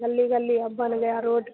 गली गली अब बन गया रोड